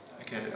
okay